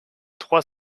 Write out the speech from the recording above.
trois